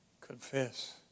confess